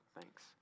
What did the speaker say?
Thanks